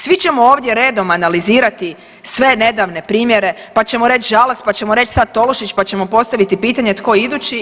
Svi ćemo ovdje redom analizirati sve nedavne primjere, pa ćemo reći Žalac, pa ćemo reći sad Tolušić pa ćemo postaviti pitanje tko je idući?